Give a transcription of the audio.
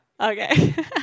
Okay